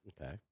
Okay